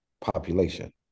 population